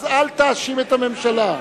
אל תאשים את הממשלה.